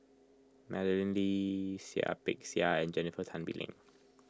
Madeleine Lee Seah Peck Seah and Jennifer Tan Bee Leng